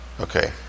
Okay